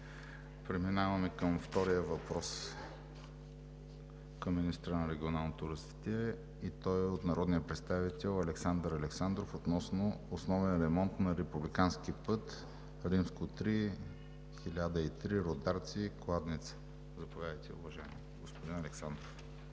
Преминаваме към втория въпрос към министъра на регионалното развитие и благоустройството – от народния представител Александър Александров, относно основен ремонт на републикански път III-1003 Рударци – Кладница. Заповядайте, уважаеми господин Александров.